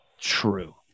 true